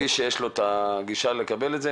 מי שיש לו את הגישה לקבל את זה,